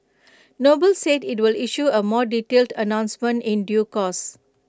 noble said IT will issue A more detailed announcement in due course